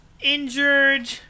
injured